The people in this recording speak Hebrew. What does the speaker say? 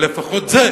תודה,